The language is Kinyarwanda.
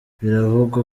biravugwa